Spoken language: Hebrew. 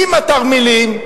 עם התרמילים,